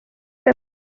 and